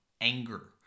anger